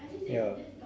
ya